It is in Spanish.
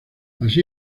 así